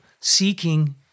seeking